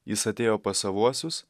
jis atėjo pas savuosius